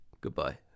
Goodbye